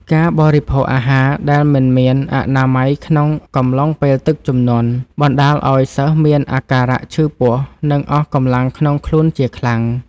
ការបរិភោគអាហារដែលមិនមានអនាម័យក្នុងកំឡុងពេលទឹកជន់ បណ្តាលឱ្យសិស្សមានអាការៈឈឺពោះ និងអស់កម្លាំងក្នុងខ្លួនជាខ្លាំង។